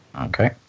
Okay